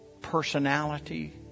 personality